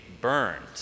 burned